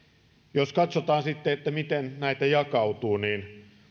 jos katsotaan sitten miten näitä jakautuu niin